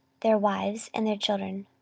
their wives, and their children.